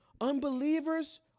Unbelievers